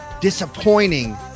disappointing